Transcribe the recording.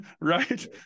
right